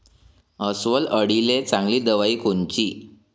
अस्वल अळीले चांगली दवाई कोनची?